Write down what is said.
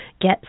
get